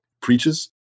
preaches